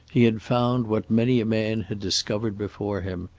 he had found what many a man had discovered before him,